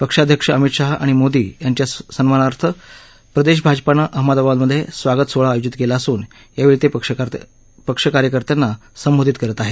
पक्षाध्यक्ष अमित शहा आणि मोदी यांच्या सन्मानार्थ प्रदेश भाजपाने अहमदाबादमधे स्वागत सोहळा आयोजित केला असून यावेळी ते पक्षकार्यकर्त्यांना संबोधित करत आहेत